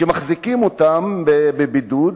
מחזיקים אותם בבידוד,